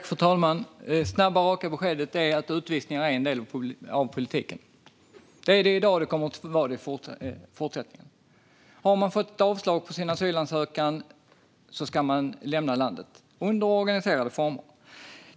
Fru talman! Det snabba och raka beskedet är att utvisningar är en del av politiken. Det är det i dag, och det kommer det att vara i fortsättningen. Har man fått ett avslag på sin asylansökan ska man lämna landet under organiserade former.